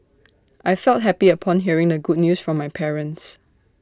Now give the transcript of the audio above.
I felt happy upon hearing the good news from my parents